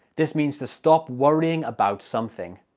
this means to stop worrying about something.